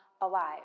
alive